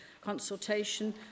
consultation